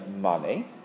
money